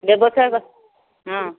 ବ୍ୟବସାୟ କ ହଁ